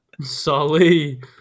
sully